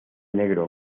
negro